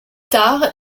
tard